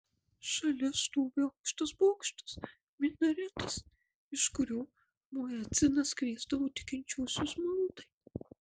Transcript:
šalia stovi aukštas bokštas minaretas iš kurio muedzinas kviesdavo tikinčiuosius maldai